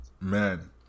Man